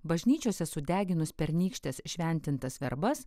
bažnyčiose sudeginus pernykštes šventintas verbas